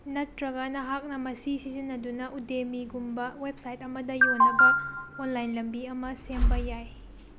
ꯅꯠꯇ꯭ꯔꯒ ꯅꯍꯥꯛꯅ ꯃꯁꯤ ꯁꯤꯖꯤꯟꯅꯗꯨꯅ ꯎꯗꯦꯃꯤꯒꯨꯝꯕ ꯋꯦꯕꯁꯥꯏꯠ ꯑꯃꯗ ꯌꯣꯟꯅꯕ ꯑꯣꯟꯂꯥꯏꯟ ꯂꯝꯕꯤ ꯑꯃ ꯁꯦꯝꯕ ꯌꯥꯏ